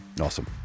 Awesome